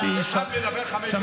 אחד מדבר חמש דקות, אותי, אתה בשנייה?